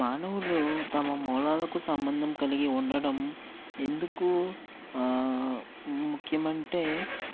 మానవులు తమ మూలాలకు సంబంధం కలిగి ఉండటం ఎందుకు ముఖ్యమంటే